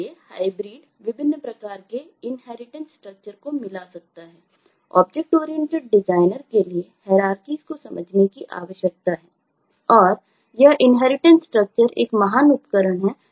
इसलिए हाइब्रिड विभिन्न प्रकार के इनहेरिटेंस स्ट्रक्चर को मिला सकता है